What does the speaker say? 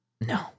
No